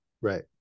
right